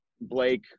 Blake